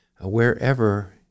wherever